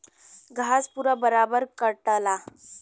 घास पूरा बराबर कटला